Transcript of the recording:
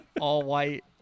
all-white